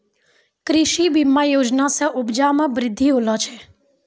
कृषि बीमा योजना से उपजा मे बृद्धि होलो छै